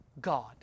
God